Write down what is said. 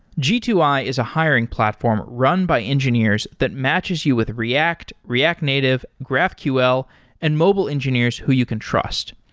g two i is a hiring platform run by engineers that matches you with react, react native, graphql and mobile engineers who you can trust.